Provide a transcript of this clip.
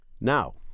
Now